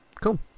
Cool